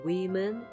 Women